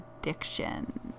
addiction